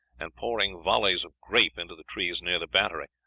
and pouring volleys of grape into the trees near the battery.